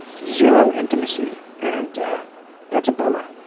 zero intimacy and that's a bummer.